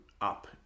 up